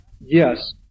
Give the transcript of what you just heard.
yes